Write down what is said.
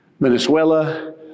Venezuela